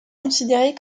considérée